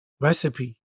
recipe